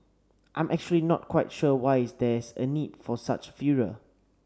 I'm actually not quite sure why is there's a need for such furor